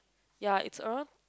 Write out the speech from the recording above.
ya it's around